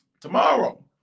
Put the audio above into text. tomorrow